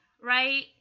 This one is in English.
right